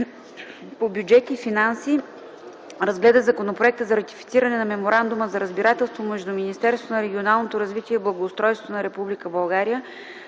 обсъди Законопроект за ратифициране на Меморандума за разбирателство между Министерството на регионалното развитие и благоустройството на Република България,